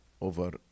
over